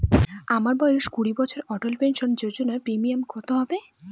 আমার বয়স কুড়ি বছর অটল পেনসন যোজনার প্রিমিয়াম কত হবে?